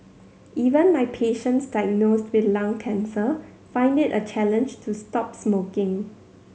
even my patients diagnosed with lung cancer find it a challenge to stop smoking